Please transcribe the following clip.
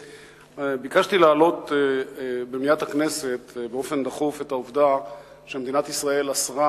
ביקשתי להעלות במליאת הכנסת באופן דחוף את העובדה שמדינת ישראל אסרה